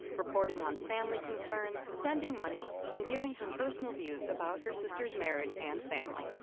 reporting on family concerns, sending money, and giving her personal views about her sister's marriage and family.